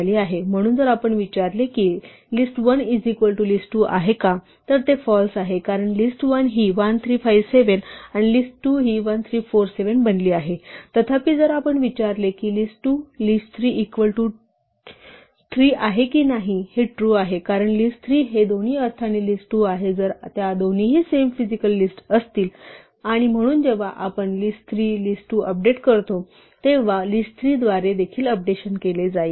म्हणून जर आपण विचारले की list1 is equal to list2 आहे का तर ते फाल्स आहे कारण लिस्ट1 हि 1 3 5 7 आणि लिस्ट 2 हि 1 3 4 7 बनली आहे तथापि जर आपण विचारले की list2 list3 इक्वल टू 3 आहे की नाही हे ट्रू आहे कारण list3 हे दोन्ही अर्थाने list2 आहे जर त्या दोनीही सेम फिजिकल लिस्ट असतील आणि म्हणून जेव्हा आपण list3 list2 अपडेट करतो तेव्हा list3 द्वारे देखील अपडेशन केले जाईल